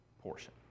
portion